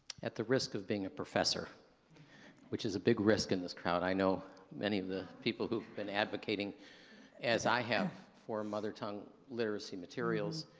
at the risk of being a professor which is a big risk in this crowd, i know many of the people who've been advocating as i have for mother tongue literacy materials,